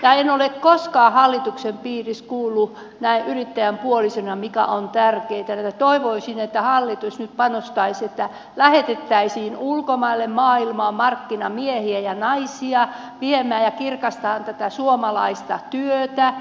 en ole koskaan hallituksen piirissä kuullut näin yrittäjän puolisona mikä on tärkeätä ja toivoisin että hallitus nyt panostaisi siihen että lähetettäisiin ulkomaille ja maailmaan markkinamiehiä ja naisia viemään ja kirkastamaan tätä suomalaista työtä